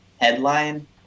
headline